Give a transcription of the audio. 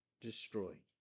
destroy